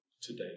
today